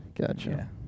Gotcha